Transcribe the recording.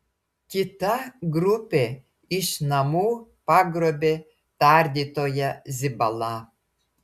kita grupė iš namų pagrobė tardytoją zibalą